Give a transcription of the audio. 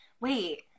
wait